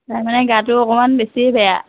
তাই মানে গাটো অকণমান বেছিয়ে বেয়া